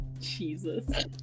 Jesus